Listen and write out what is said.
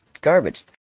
garbage